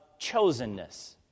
chosenness